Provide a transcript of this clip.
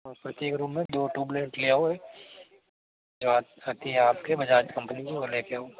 और प्रत्येक रूम में दो ट्यूबलाइट ले आओ एक जो आती है आपकी बजाज कंपनी की वो लेके आओ